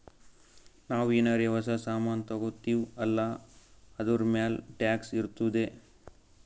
ನಾವು ಏನಾರೇ ಹೊಸ ಸಾಮಾನ್ ತಗೊತ್ತಿವ್ ಅಲ್ಲಾ ಅದೂರ್ಮ್ಯಾಲ್ ಟ್ಯಾಕ್ಸ್ ಇರ್ತುದೆ